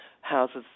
houses